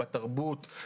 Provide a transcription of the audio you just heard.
בתרבות,